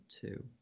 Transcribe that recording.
two